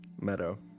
meadow